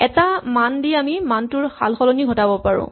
এটা মান দি আমি মানটোৰ সালসলনি ঘটাব পাৰো